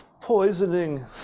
poisoning